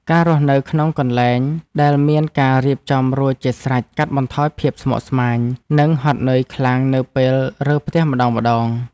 ការរស់នៅក្នុងកន្លែងដែលមានការរៀបចំរួចជាស្រេចកាត់បន្ថយភាពស្មុគស្មាញនិងហត់នឿយខ្លាំងនៅពេលរើផ្ទះម្តងៗ។